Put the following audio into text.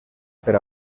per